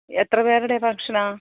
എത്ര പേരുടെ ഭക്ഷണമാ